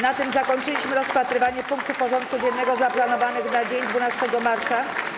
Na tym zakończyliśmy rozpatrywanie punktów porządku dziennego zaplanowanych na dzień 12 marca.